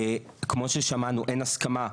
כמו ששמענו, אין הסכמה.